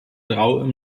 drau